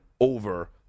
over